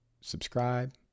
subscribe